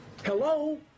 hello